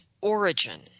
origin